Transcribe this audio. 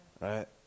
right